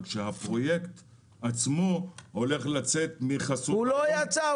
רק שהפרויקט עצמו הולך לצאת מחסות --- הוא לא יצא,